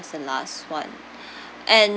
what's the last one and